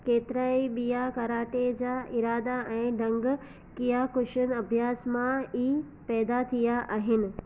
केतिरा ई ॿिया कराटे जा इरादा ऐं ढंग कीयाकुशिन अभ्यास मां ई पैदा थिया आहिनि